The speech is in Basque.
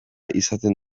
izaten